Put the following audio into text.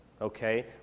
Okay